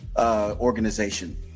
organization